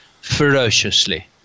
ferociously